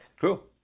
Cool